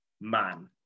man